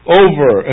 over